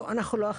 לא,